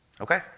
Okay